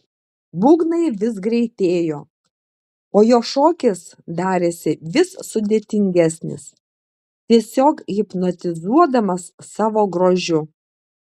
būgnai vis greitėjo o jo šokis darėsi vis sudėtingesnis tiesiog hipnotizuodamas savo grožiu